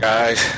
Guys